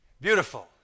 Beautiful